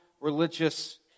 religious